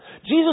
Jesus